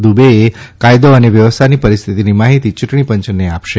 દુબે એ કાયદો અને વ્યવસ્થાની પરિસ્થિતિની માહિતીચૂંટણી પંચને આપશે